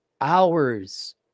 hours